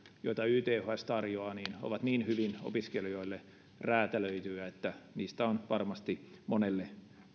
joita yths tarjoaa ovat niin hyvin opiskelijoille räätälöityjä että niistä on varmasti monelle